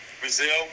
Brazil